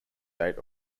date